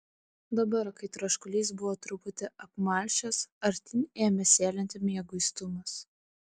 dabar kai troškulys buvo truputį apmalšęs artyn ėmė sėlinti mieguistumas